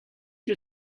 you